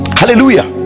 hallelujah